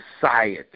society